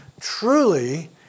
truly